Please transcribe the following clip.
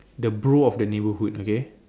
the bro of the neighbourhood okay